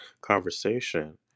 conversation